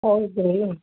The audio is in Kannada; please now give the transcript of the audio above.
ಹೌದು ರೀ